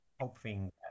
hoping